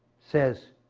says,